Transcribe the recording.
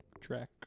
track